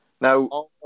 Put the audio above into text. now